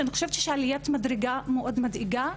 אני חושבת שיש עליית מדרגה מאוד מדאיגה,